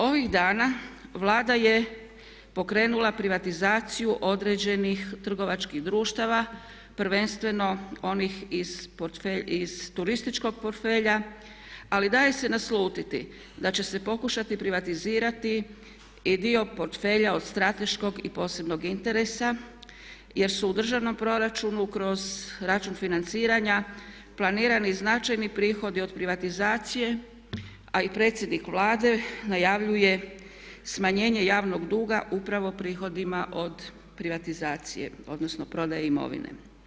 Ovih dana Vlada je pokrenula privatizaciju određenih trgovačkih društava prvenstveno iz turističkog portfelja ali dalje se naslutiti da će se pokušati privatizirati i dio portfelja od strateškog i posebnog interesa jer su u Državnom proračunu kroz račun financiranja planirani značajni prihodi od privatizacije, a i predsjednik Vlade najavljuje smanjenje javnog duga upravo prihodima od privatizacije odnosno od prodaje imovine.